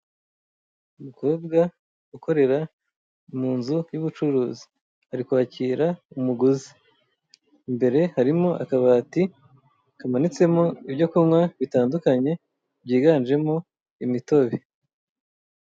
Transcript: Umukobwa ukorera mu nzu y'ubucuruzi ari kwakira umugozi imbere harimo akabati kamanitsemo ibyo kunywa bitandukanye byiganjemo imitobe.